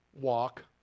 walk